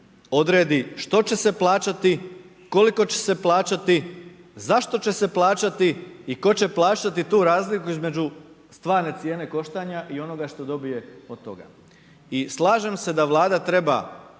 odredi što će se plaćati, koliko će se plaćati, zašto će se plaćati i tko će plaćati tu razliku između stvarne cijene koštanja i onoga što dobije od toga. I slažem se da vlada treba